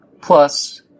Plus